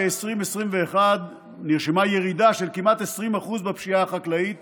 ב-2021 נרשמה ירידה של כמעט 20% בפשיעה החקלאית